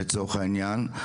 לצורך העניין,